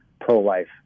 pro-life